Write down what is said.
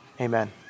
Amen